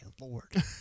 lord